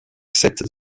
sept